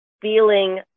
feeling